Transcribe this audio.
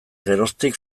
geroztik